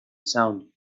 sound